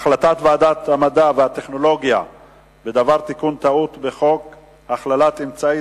החלטת ועדת המדע והטכנולוגיה בדבר תיקון טעות בחוק הכללת אמצעי